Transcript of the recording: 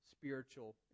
spiritual